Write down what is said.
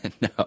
No